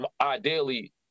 ideally